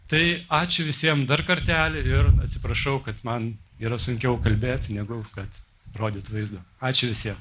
tai ačiū visiem dar kartelį ir atsiprašau kad man yra sunkiau kalbėt negu kad rodyti vaizdu ačiū visiem